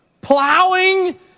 Plowing